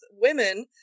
women